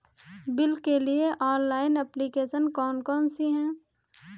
Bill के लिए online application कौन कौन सी हैं?